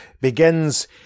begins